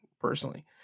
personally